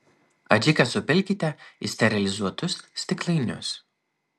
adžiką supilkite į sterilizuotus stiklainius